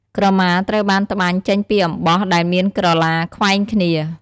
ក្រមាត្រូវបានត្បាញចេញពីអំបោះ ដែលមានក្រឡាខ្វែងគ្នា។